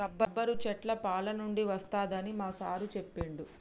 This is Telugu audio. రబ్బరు చెట్ల పాలనుండి వస్తదని మా సారు చెప్పిండు